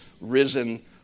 risen